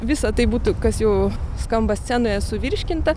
visa tai būtų kas jau skamba scenoje suvirškinta